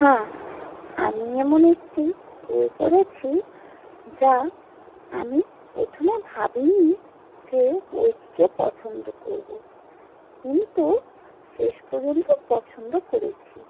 হ্যাঁ আমি এমন একটি বই পড়েছি যা আমি প্রথমে ভাবিনি যে বইটিকে পছন্দ করবো কিন্তু শেষ পর্যন্ত পছন্দ করেছি